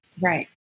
Right